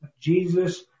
Jesus